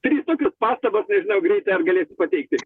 trys tokios pastabos nežinau greitai ar galėsiu pateikti